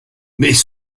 mais